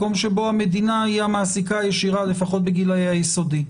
מקום שבו המדינה היא המעסיקה הישירה לפחות בגילי היסודי.